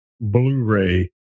Blu-ray